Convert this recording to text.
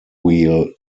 wheel